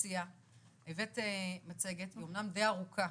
הבאת מצגת, היא אמנם די ארוכה.